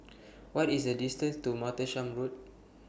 What IS The distance to Martlesham Road